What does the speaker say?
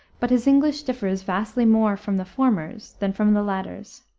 but his english differs vastly more from the former's than from the latter's.